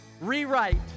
Rewrite